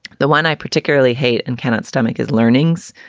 the one i particularly hate and cannot stomach is learnings.